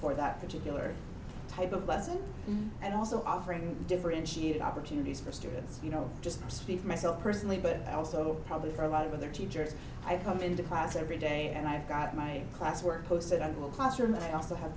for that particular type of lesson and also offering differentiated opportunities for students you know just speak for myself personally but i also probably for a lot of other teachers i come into class every day and i've got my class work posted i will classroom and i also have